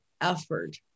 effort